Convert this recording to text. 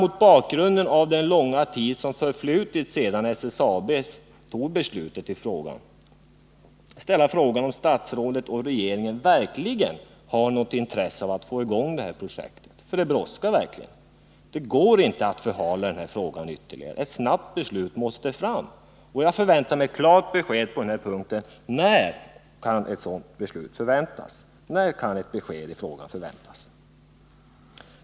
Mot bakgrund av den långa tid som förflutit sedan SSAB fattade beslutet i frågan kan man undra om statsrådet och regeringen verkligen har något intresse av att få i gång det här projektet. Men det brådskar verkligen, och det går inte att förhala frågan ytterligare, utan ett snabbt beslut måste fram. Jag förväntar mig ett klart besked på den här punkten: När kan ett beslut i frågan förväntas?